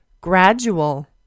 gradual